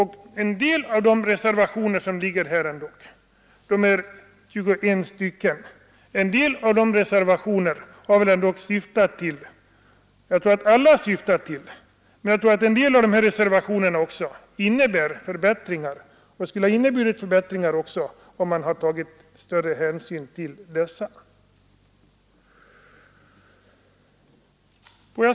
En del av de reservationer som finns — det är 21 stycken — innehåller förslag som skulle ha inneburit förbättringar om man tagit större hänsyn till dem.